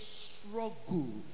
struggle